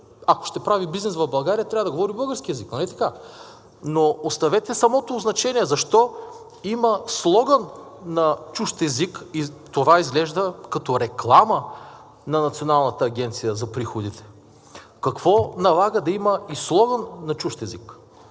ако ще прави бизнес в България, трябва да говори български език. Нали така? Но оставете самото означение, защо има слоган на чужд език и това изглежда като реклама на Националната агенция за приходите? Какво налага да има и слоган на чужд език?